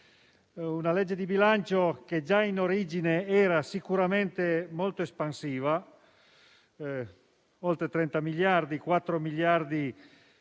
di legge di bilancio che già in origine era sicuramente molto espansivo: oltre 30 miliardi, di cui